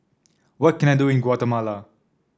what can I do in Guatemala